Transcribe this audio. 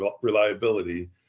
reliability